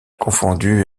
confondu